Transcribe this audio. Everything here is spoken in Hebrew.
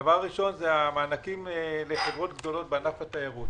דבר ראשון, המענקים לחברות גדולות בענף התיירות.